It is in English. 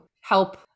help